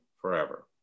Forever